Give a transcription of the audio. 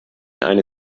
eine